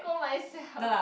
go myself